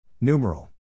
Numeral